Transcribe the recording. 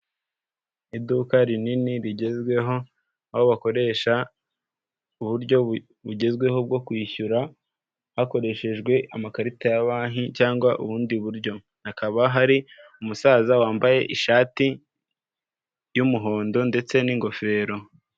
Iduka rinini rigezweho, aho bakoresha uburyo bugezweho bwo kwishyura hakoreshejwe amakarita ya banki cyangwa ubundi buryo. Hakaba hari umusaza wambaye ishati y'umuhondo ndetse n'ingofero.